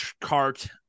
cart